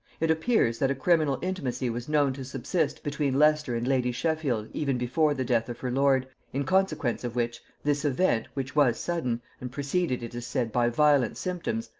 it appears that a criminal intimacy was known to subsist between leicester and lady sheffield even before the death of her lord, in consequence of which, this event, which was sudden, and preceded it is said by violent symptoms,